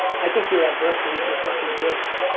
i think your adversity is your fucking gift.